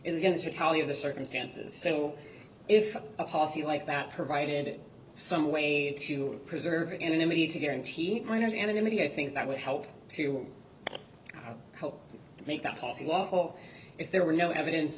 is going to tell you the circumstances so if a policy like that provided in some way to preserve anonymity to guarantee minors anonymity i think that would help to help make that policy lawful if there were no evidence